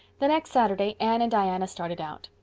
the next saturday anne and diana started out.